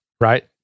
right